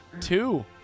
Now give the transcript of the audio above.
two